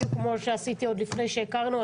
כמו שעשיתי עוד לפני שהכרנו,